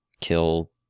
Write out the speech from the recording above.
kill